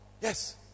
Yes